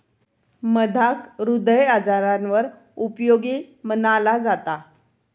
मधाक हृदय आजारांवर उपयोगी मनाला जाता